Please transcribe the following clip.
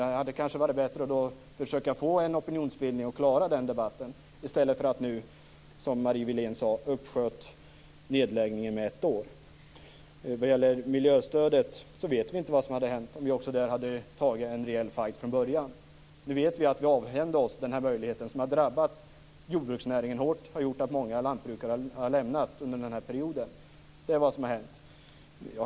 Det hade kanske varit bättre att försöka få i gång opinionsbildningen och klara den debatten i stället för att, som Marie Wilén sade, skjuta upp nedläggningen med ett år. Vad gäller miljöstödet kan jag säga att vi inte vet vad som hade hänt om vi hade tagit en rejäl fight från början. Nu vet vi att vi avhände oss den möjligheten. Det har drabbat jordbruksnäringen hårt och gjort att många lantbrukare har lämnat sina lantbruk under denna period. Det är vad som har hänt.